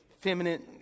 feminine